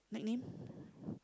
nickname